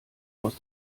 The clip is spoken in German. aus